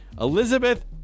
Elizabeth